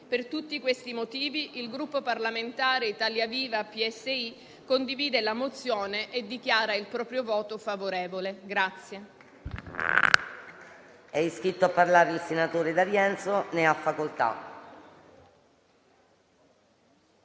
Per tutti questi motivi, il Gruppo parlamentare Italia Viva-P.S.I. condivide la mozione e dichiara il proprio voto favorevole.